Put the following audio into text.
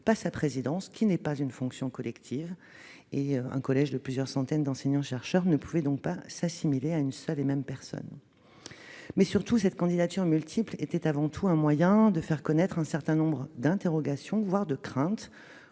non sa présidence, qui n'est pas une fonction collective. Dans ces conditions, un collège de plusieurs centaines d'enseignants-chercheurs ne pouvait donc être assimilé à une seule et même personne. Ensuite, cette candidature multiple était avant tout un moyen de faire connaître un certain nombre d'interrogations, voire de craintes,